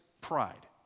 pride